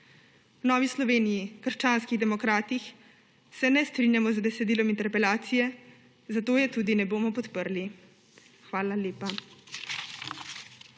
V Novi Sloveniji – krščanskih demokratih se ne strinjamo z besedilom interpelacije, zato je tudi ne bomo podprli. Hvala lepa.